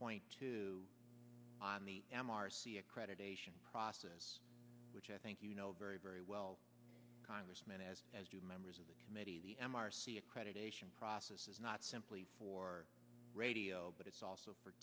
and two on the m r c accreditation process which i think you know very very well congressman as has two members of the committee the m r c accreditation process is not simply for radio but it's also for